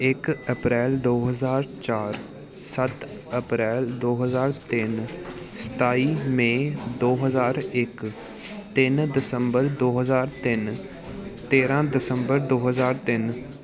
ਇੱਕ ਅਪ੍ਰੈਲ ਦੋ ਹਜ਼ਾਰ ਚਾਰ ਸੱਤ ਅਪ੍ਰੈਲ ਦੋ ਹਜ਼ਾਰ ਤਿੰਨ ਸਤਾਈ ਮੇਅ ਦੋ ਹਜ਼ਾਰ ਇੱਕ ਤਿੰਨ ਦਸੰਬਰ ਦੋ ਹਜ਼ਾਰ ਤਿੰਨ ਤੇਰਾਂ ਦਸੰਬਰ ਦੋ ਹਜ਼ਾਰ ਤਿੰਨ